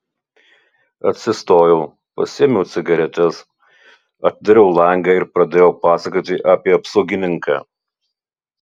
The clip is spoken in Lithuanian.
atsistojau pasiėmiau cigaretes atidariau langą ir pradėjau pasakoti apie apsaugininką